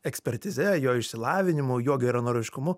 ekspertize jo išsilavinimu jo geranoriškumu